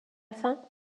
fin